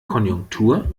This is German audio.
konjunktur